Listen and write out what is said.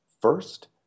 First